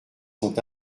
sont